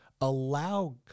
allow